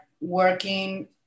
working